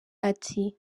ati